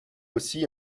aussi